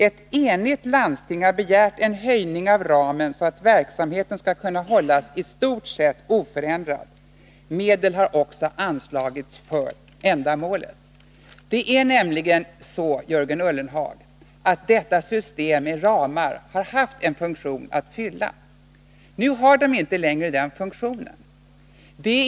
Ett enigt landsting har begärt en höjning av ramen så att verksamheten skall kunna hållas i stort sett oförändrad. Medel har också anslagits för ändamålet.” Det är nämligen så, Jörgen Ullenhag, att systemet med ramar har haft en funktion att fylla. Nu har det inte längre den funktionen.